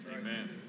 Amen